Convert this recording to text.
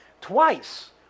Twice